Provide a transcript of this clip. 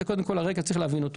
זה קודם כל הרקע וצריך להבין אותו.